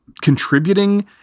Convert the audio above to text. contributing